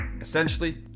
Essentially